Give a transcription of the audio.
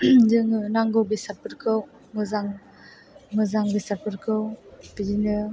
जोङो नांगौ बेसादफोरखौ मोजां मोजां बेसादफोरखौ बिदिनो